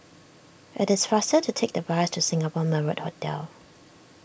it is faster to take the bus to Singapore Marriott Hotel